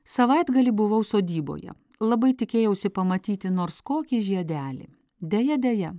savaitgalį buvau sodyboje labai tikėjausi pamatyti nors kokį žiedelį deja deja